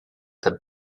that